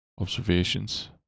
observations